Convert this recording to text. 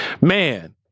man